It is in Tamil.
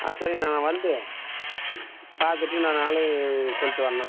ஆ சரிங்கண்ணா நான் வந்து பார்த்துட்டு நான் அளவு சொல்லிட்டு வரேன்ணா